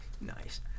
Nice